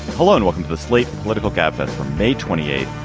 hello and welcome to the slate political gabfest for may twenty eight,